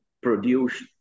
produce